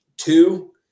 Two